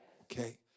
Okay